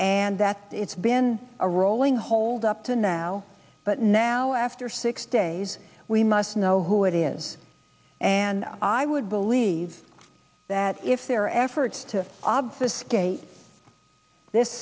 and that it's been a rolling hold up to now but now after six days we must know who it is and i would believe that if their efforts to obfuscate this